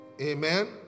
Amen